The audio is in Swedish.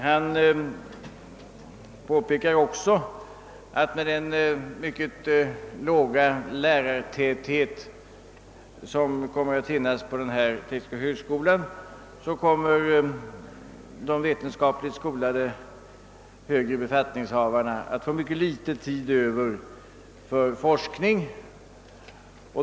Han påpekar också att med den mycket låga lärartäthet som kommer att finnas på denna tekniska högskola kommer de vetenskapligt skolade högre befattningshavarna att få mycket liten tid över för forskning.